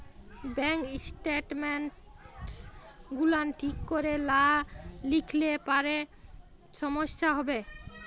bank statements গুলান ঠিক ক্যরে লা লিখলে পারে সমস্যা হ্যবে